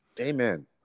Amen